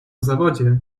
zawodzie